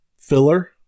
filler